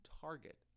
target